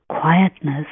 quietness